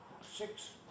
six